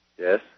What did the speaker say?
Yes